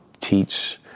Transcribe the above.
teach